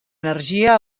energia